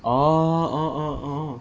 orh orh orh orh